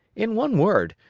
in one word,